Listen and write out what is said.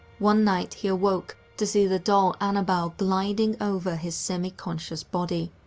one night he awoke to see the doll annabelle gliding over his semi-conscious body.